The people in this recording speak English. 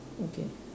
okay